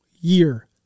year